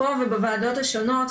פה ובוועדות השונות,